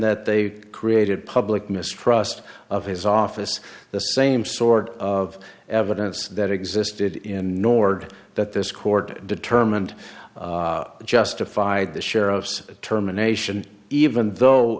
that they created public mistrust of his office the same sort of evidence that existed in nord that this court determined justified the sheriff's terminations even though